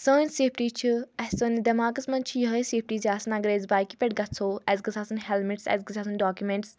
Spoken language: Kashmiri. سٲنۍ سیفٹی چھِ اَسہِ سٲنِس دؠماغَس منٛز چھِ یِہے سیفٹی زِ آسان اگر أسۍ بایکہِ پؠٹھ گژھو اَسہِ گٔژھ آسان ہیلمٹٕس اَسہِ گژھِ آسن ڈاکوٗمؠنٛٹٕس